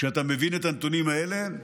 כשאתה מבין את הנתונים האלה,